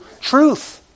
Truth